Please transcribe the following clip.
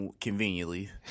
Conveniently